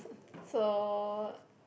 so